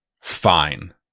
fine